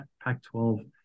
Pac-12